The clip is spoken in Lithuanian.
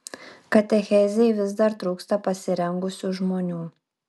katechezei vis dar trūksta pasirengusių žmonių